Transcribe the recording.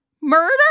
Murder